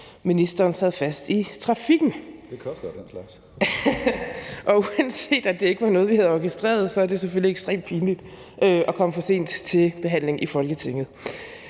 ministeren sad fast i trafikken. (Tredje næstformand (Karsten Hønge): Den slags koster). Uanset at det ikke var noget, vi havde orkestreret, er det selvfølgelig ekstremt pinligt at komme for sent til behandlinger i Folketinget.